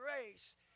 race